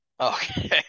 okay